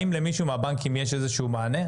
האם למישהו מהבנקים יש איזשהו מענה?